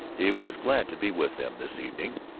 he was glad to be with them, this evening.